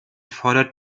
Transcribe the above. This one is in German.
fordert